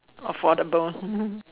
affordable